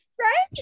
Right